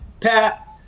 pat